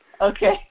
Okay